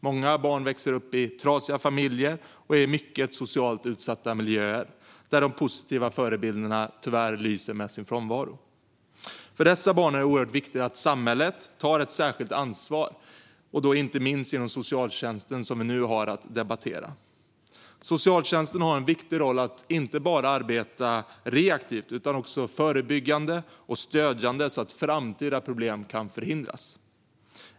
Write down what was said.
Många barn växer upp i trasiga familjer och i mycket socialt utsatta miljöer där de positiva förebilderna tyvärr lyser med sin frånvaro. För dessa barn är det oerhört viktigt att samhället tar ett särskilt ansvar, inte minst genom socialtjänsten som vi nu har att debattera. Socialtjänsten har en viktig roll att inte bara arbeta reaktivt utan också förebyggande och stödjande, så att framtida problem kan förhindras.